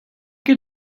ket